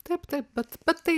taip taip bet bet tai